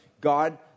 God